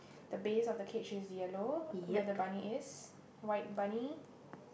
the base of the cage is yellow where the bunny is white bunny